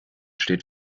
steht